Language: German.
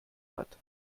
hat